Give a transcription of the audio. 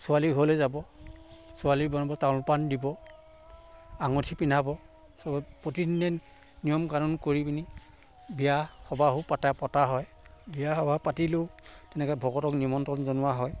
ছোৱালী ঘৰলৈ যাব ছোৱালী বন্দবস্তত তামোল পাণ দিব আঙুঠি পিন্ধাব চব প্ৰতিদিনে নিয়ম কানুন কৰি পিনি বিয়া সবাহও পাতা পতা হয় বিয়া সবাহ পাতিলেও তেনেকৈ ভকতক নিমন্ত্ৰণ জনোৱা হয়